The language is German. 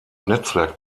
netzwerk